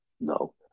No